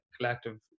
collective